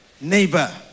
Neighbor